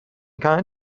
kind